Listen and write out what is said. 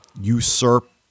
usurp